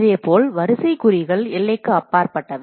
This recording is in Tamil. இதேபோல் வரிசை குறிகள் எல்லைக்கு அப்பாற்பட்டவை